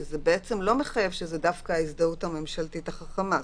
ובעצם זה לא מחייב שזו דווקא ההזדהות הממשלתית החכמה.